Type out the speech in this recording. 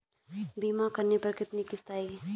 बीमा करने पर कितनी किश्त आएगी?